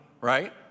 right